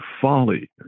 folly